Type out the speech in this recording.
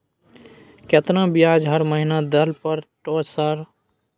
केतना ब्याज हर महीना दल पर ट सर?